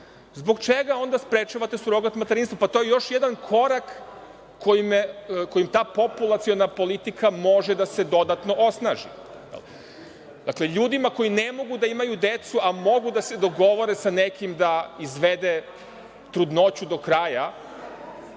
zbog čega onda sprečavate surogat materinstvo? Pa, to je još jedan korak kojim ta populaciona politika može da se dodatno osnaži. Dakle, ljudima koji ne mogu da imaju decu, a mogu da se dogovore sa nekim da izvede trudnoću do kraja,